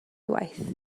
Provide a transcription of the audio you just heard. waith